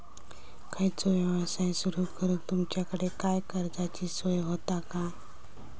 खयचो यवसाय सुरू करूक तुमच्याकडे काय कर्जाची सोय होता काय?